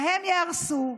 להם יהרסו.